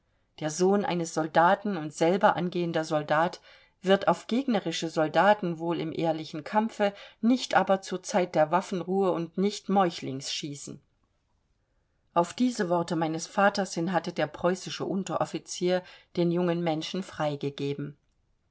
der sohn eines soldaten und selber angehender soldat wird auf gegnerische soldaten wohl im ehrlichen kampfe nicht aber zur zeit der waffenruhe und nicht meuchlings schießen auf diese worte meines vaters hin hatte der preußische unteroffizier den jungen menschen